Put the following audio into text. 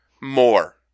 More